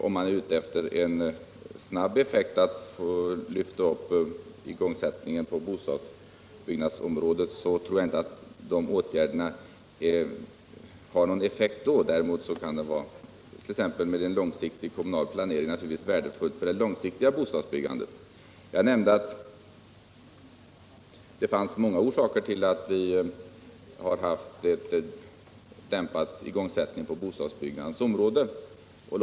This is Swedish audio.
För att snabbt lyfta upp igångsättningen på bostadsbyggnadsområdet har knappast de åtgärderna någon effekt. Däremot kan de naturligtvis tillsammans med en långsiktig kommunal planering vara värdefulla för det långsiktiga bostadsbyggandet. Jag nämnde att det fanns många orsaker till att vi har haft en dämpad igångsättning på bostadsbyggnadsområdet.